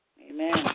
Amen